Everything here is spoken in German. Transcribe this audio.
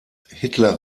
hitler